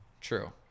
True